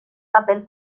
papel